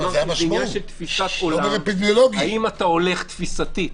זה האם אתה הולך תפיסתית